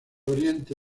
oriente